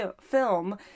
film